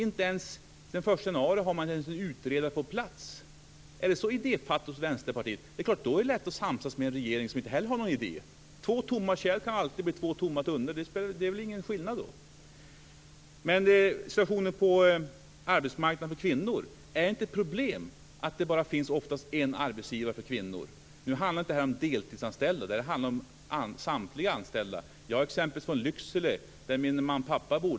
Inte ens den första januari har man en utredare på plats. Är det så idéfattigt hos Vänsterpartiet? Då är det klart att det är lätt att samsas med en regering som inte heller har några idéer. Två tomma kärl kan alltid bli två tomma tunnor. Det är väl ingen skillnad. Sedan vill jag ta upp situationen på arbetsmarknaden för kvinnor. Är det inte ett problem att det ofta bara finns en arbetsgivare för kvinnor? Nu handlar detta inte bara om deltidsanställda, utan det handlar om samtliga anställda. Jag har exempel från Lycksele, där min mamma och pappa bor.